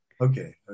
Okay